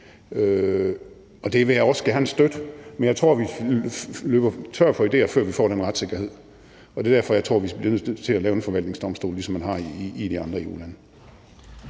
og det vil jeg også gerne støtte, men jeg tror, vi løber tør for idéer, før vi får den retssikkerhed. Det er derfor, jeg tror, vi bliver nødt til at lave en forvaltningsdomstol, ligesom man har i de andre EU-lande.